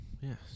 Yes